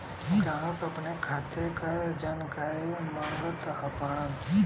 ग्राहक अपने खाते का जानकारी मागत बाणन?